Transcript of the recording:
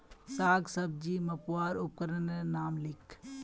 साग सब्जी मपवार उपकरनेर नाम लिख?